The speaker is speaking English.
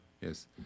yes